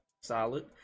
solid